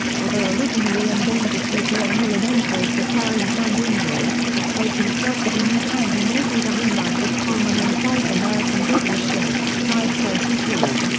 although originally endangered due to emelianenko's recurring hand injury, a plate inserted in his hand enabled a rematch with coleman in pride's american debut show, pride thirty two.